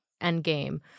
Endgame